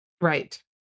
Right